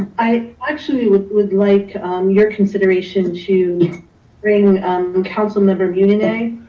i actually would would like your consideration to bring council member munyaneh and